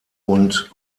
und